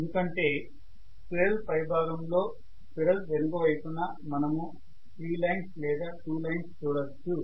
ఎందుకంటే స్క్విరెల్ పైభాగంలో స్క్విరెల్ వెనుక వైపున మనము 3 లైన్స్ లేదా 2 లైన్స్ చూడొచ్చు